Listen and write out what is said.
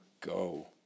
go